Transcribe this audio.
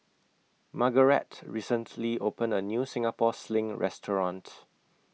Margarett recently opened A New Singapore Sling Restaurant